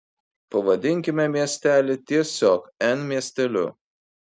pavadinkime miestelį tiesiog n miesteliu